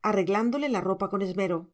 arreglándole la ropa con esmero